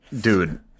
dude